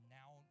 now